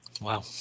Wow